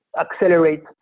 accelerate